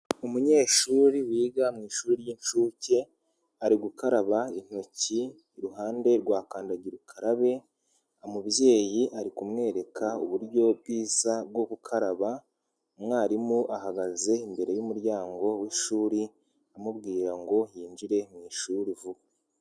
Umunyeshuri wiga mu ishuri ry'inshuke ari gukaraba intoki iruhande rwa kandagirakarabe, umubyeyi ari kumwereka uburyo bwiza bwo gukaraba, umwarimu ahagaze imbere y'umuryango w'ishuri amubwira ngo yinjire mu ishuri vuba.